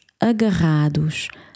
agarrados